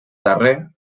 darrer